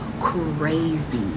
crazy